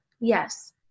yes